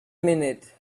minute